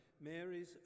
Mary's